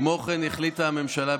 כמו כן החליטה הממשלה,